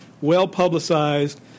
well-publicized